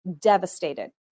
devastated